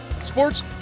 sports